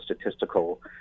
statistical